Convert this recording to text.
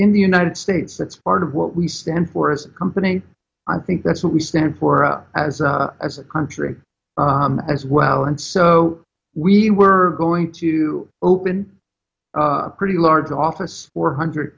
in the united states that's part of what we stand for as a company i think that's what we stand for as as a country as well and so we were going to open a pretty large office four hundred